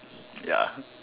ya